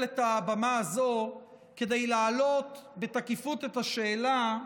את הבמה הזו כדי להעלות בתקיפות את השאלה: